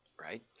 right